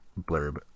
blurb